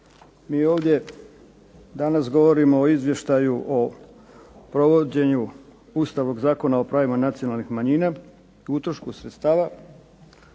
Mi ovdje danas govorimo o Izvještaju o provođenju Ustavnog zakona o pravima nacionalnih manjina i utrošku sredstava